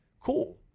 Cool